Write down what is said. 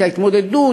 את ההתמודדות,